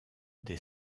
des